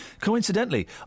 Coincidentally